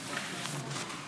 איפה